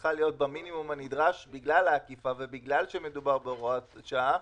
צריכה להיות במינימום הנדרש בגלל העקיפה ובגלל שמדובר בהוראת שעה,